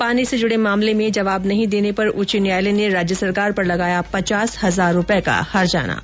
पानी से जुडे मामले में जवाब नहीं देने पर उच्च न्यायालय ने राज्य सरकार पर लगाया पचास हजार रूपये का हर्जाना